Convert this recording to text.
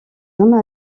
hommes